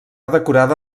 decorada